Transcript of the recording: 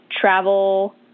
travel